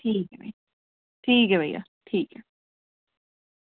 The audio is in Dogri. ठीक ऐ ठीक ऐ भइया ठीक ऐ